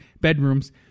bedrooms